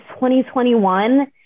2021